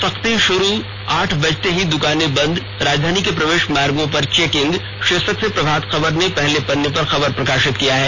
सख्ती शुरू आठ बजते ही दुकाने बंद राजधानी के प्रवेश मार्गो पर चेकिंग शीर्षक से प्रभात खबर ने पहले पन्ने पर खबर प्रकाशित किया है